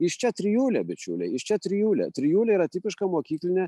iš čia trijulė bičiuliai iš čia trijulė trijulė yra tipiška mokyklinė